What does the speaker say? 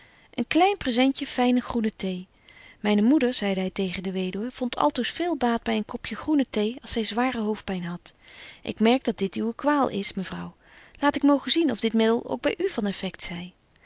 een klein presentje fyne groene thee myne moeder zeide hy tegen de weduwe vondt altoos veel baat by een kopje groene thee als zy zware hoofdpyn hadt ik merk dat dit uwe kwaal is mevrouw laat ik mogen zien of dit middel ook by u van effect zy